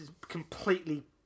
completely